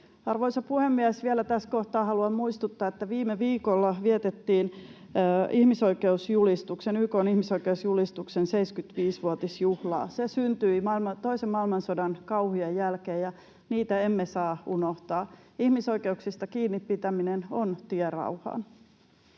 Arvoisa puhemies! Vielä tässä kohtaa haluan muistuttaa, että viime viikolla vietettiin YK:n ihmisoikeusjulistuksen 75-vuotisjuhlaa. Se syntyi toisen maailmansodan kauhujen jälkeen, ja niitä emme saa unohtaa. Ihmisoikeuksista kiinni pitäminen on tie rauhaan.